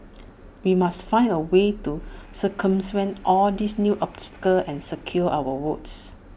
we must find A way to circumvent all these new obstacles and secure our votes